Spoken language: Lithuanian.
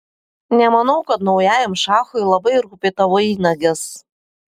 nemanau kad naujajam šachui labai rūpi tavo įnagis